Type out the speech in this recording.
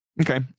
Okay